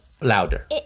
Louder